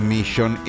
Mission